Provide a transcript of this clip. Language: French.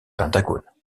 pentagone